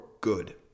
Good